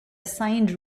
signed